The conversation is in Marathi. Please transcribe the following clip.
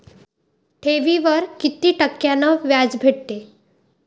ठेवीवर कितीक टक्क्यान व्याज भेटते?